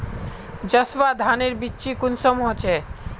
जसवा धानेर बिच्ची कुंसम होचए?